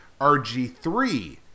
RG3